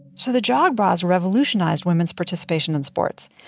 so the jog bras revolutionized women's participation in sports,